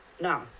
no